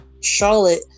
charlotte